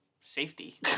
safety